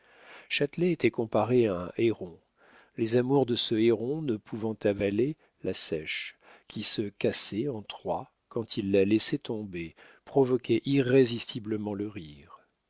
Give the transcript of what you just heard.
châtelet était comparé à un héron les amours de ce héron ne pouvant avaler la seiche qui se cassait en trois quand il la laissait tomber provoquaient irrésistiblement le rire